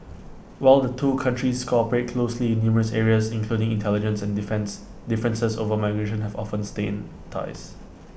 while the two countries cooperate closely in numerous areas including intelligence and defence differences over migration have often stained ties